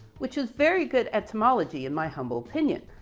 which was very good etymology in my humble opinion.